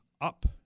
up